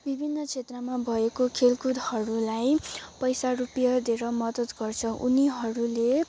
विभिन्न क्षेत्रमा भएको खेलकुदहरूलाई पैसा रुपियाँ दिएर मदत गर्छ उनीहरूले